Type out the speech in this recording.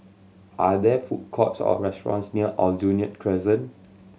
are there food courts or restaurants near Aljunied Crescent